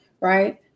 right